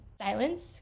silence